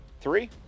three